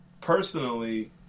personally